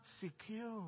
secure